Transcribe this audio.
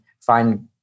find